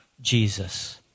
Jesus